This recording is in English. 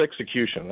execution